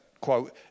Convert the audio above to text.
quote